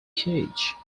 cage